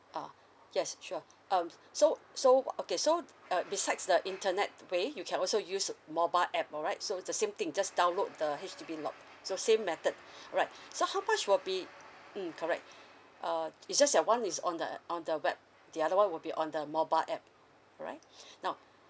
uh yes sure um so so okay so uh besides the internet to pay you can also use mobile app alright so it's the same thing just download the H_D_B lot so same method alright so how much will be like mm correct uh it's just that one is on the on the web the other one will be on the mobile app alright now